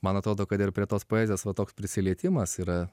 man atrodo kad ir prie tos poezijos va toks prisilietimas yra